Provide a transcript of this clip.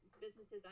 businesses